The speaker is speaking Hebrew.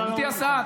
גברתי השרה,